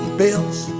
bills